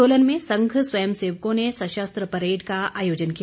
सोलन में संघ स्वयं सेवकों ने सशस्त्र परेड का आयोजन किया